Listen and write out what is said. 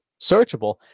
searchable